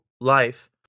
life